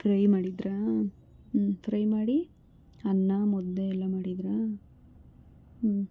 fry ಮಾಡಿದ್ರಾ ಹ್ಞೂ fry ಮಾಡಿ ಅನ್ನ ಮುದ್ದೆ ಎಲ್ಲ ಮಾಡಿದ್ರಾ ಹ್ಞೂ